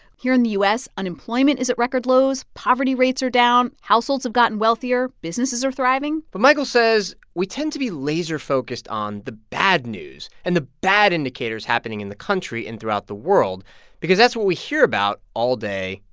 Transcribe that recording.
here in the u s, unemployment is at record lows. poverty rates are down. households have gotten wealthier. businesses are thriving but michael says we tend to be laser-focused on the bad news and the bad indicators happening in the country and throughout the world because that's what we hear about all day,